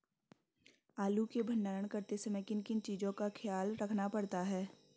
आलू के भंडारण करते समय किन किन चीज़ों का ख्याल रखना पड़ता है?